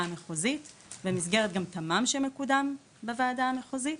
המחוזית ובמסגרת תמ"מ שמקודם בוועדה המחוזית.